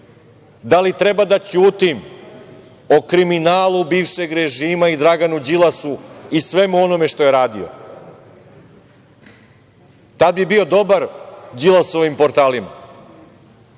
Da li treba da ćutim o kriminalu bivšeg režima i Draganu Đilasu i svemu onome što je radio? Tada bi bio dobar Đilasovim portalima